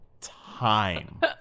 time